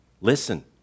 Listen